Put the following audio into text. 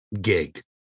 gig